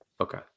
Okay